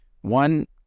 one